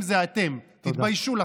והוא ציטט, הוא אמר: תסתכל ב-41, סעיף (ד).